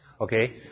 Okay